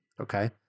Okay